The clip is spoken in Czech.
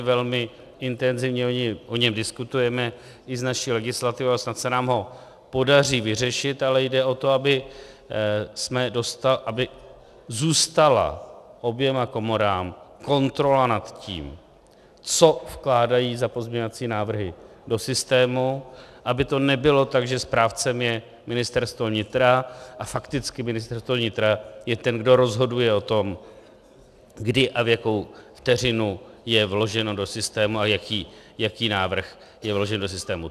Velmi intenzivně o něm diskutujeme i s naší legislativou a snad se nám ho podaří vyřešit, ale jde o to, aby zůstala oběma komorám kontrola nad tím, co vkládají za pozměňovací návrhy do systému, aby to nebylo tak, že správcem je Ministerstvo vnitra a fakticky Ministerstvo vnitra je ten, kdo rozhoduje o tom, kdy a v jakou vteřinu je vloženo do systému a jaký návrh je vložen do systému.